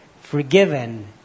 forgiven